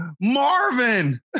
Marvin